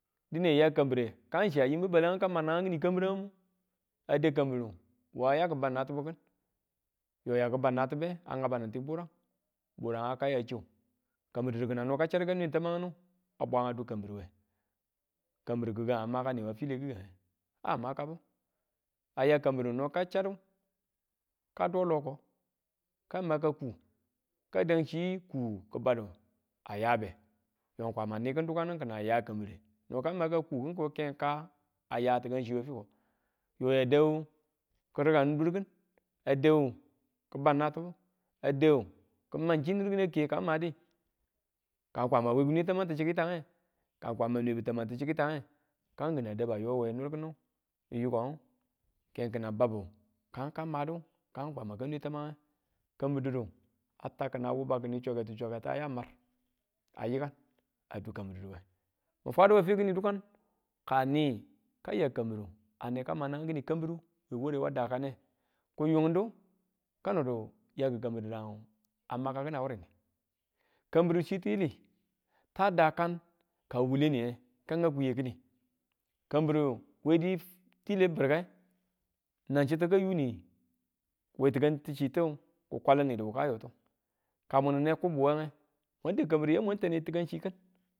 Dine ya kambire, kang chiya yimbu balangu kamagdu kini kabiragu, a dau kambiru wa ya ki bau natibuki yo ya ki bau natibe a ngaban ti burangi buranga a kai a chiu kambiru didu kina no ka chadedu kang nwen tamangu a bwa dau kambiruwe, kambiru kigang a maka niwa file, gigange a maka bu a ya kambiru no ka chadu, ka do loko ko maka kuu ka dang chi kuu ki bade, a yabe yo kwama a nikin dukan kina ya kambire no ka maka kuu kin ko ke ka a ya tikanchiwe fiko, yong a dau ki rikang durki̱ a dau ki bau natibu a dau ki man chi nir kina ke ka madi ka kwama we kinwe tamang tichitange ka kwama nwebu tamag tichikitang, kang kina dau a yo we nir kinu yikong ke kina babu kaan ka madu kaangu kwama ka nwe tamange kambir dudu a tau kina wuba cha̱katucha̱kateng a ya mar, a yika a du kambirduduwe, mi fwaduwe fi kini dukan ka ni ka ya kambiru ane ka ma nanang kin kambiru wo ware wa daka ne kiyungdu, kano du ya ki kambiru didang a maka kin a wurei kambiru chi tiyili, tang dakang nan wule niye ka ngau kuye kini kambiru we di tile birkee nan chittu ka yuu niye we tikantichitu ki kwal ni wuka yo tu ka mun ne kubbu wenwe mwan da̱ kambiru yamwan ta̱ne tikanchikin.